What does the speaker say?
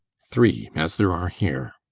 three, as there are here.